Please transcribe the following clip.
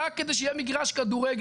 רק כדי שיהיה מגרש כדורגל,